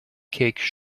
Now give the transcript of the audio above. cake